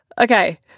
Okay